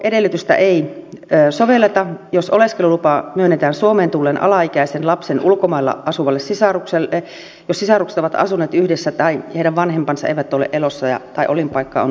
toimeentuloedellytystä ei sovelleta jos oleskelulupa myönnetään suomeen tulleen alaikäisen lapsen ulkomailla asuvalle sisarukselle jos sisarukset ovat asuneet yhdessä tai heidän vanhempansa eivät ole elossa tai olinpaikka on tuntematon